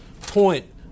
point